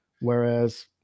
whereas